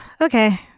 okay